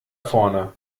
vorne